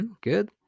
good